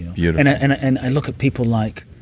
yeah and and and i look at people like.